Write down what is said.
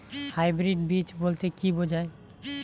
Hybrid বীজ বলতে কী বোঝায়?